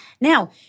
now